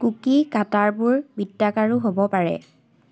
কুকি কাটাৰবোৰ বৃত্তাকাৰো হ'ব পাৰে